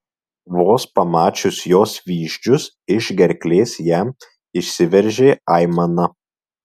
vos pamačius jos vyzdžius iš gerklės jam išsiveržė aimana